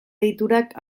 deiturak